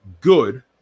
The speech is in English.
good